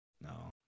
No